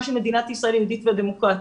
של מדינת ישראל יהודית ודמוקרטית,